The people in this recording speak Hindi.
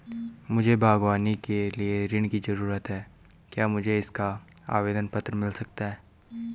मुझे बागवानी के लिए ऋण की ज़रूरत है क्या मुझे इसका आवेदन पत्र मिल सकता है?